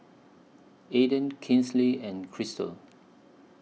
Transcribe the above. Alden Kinsey and Krystle